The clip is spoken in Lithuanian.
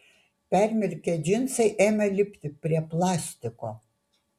permirkę džinsai ėmė lipti prie plastiko